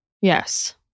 Yes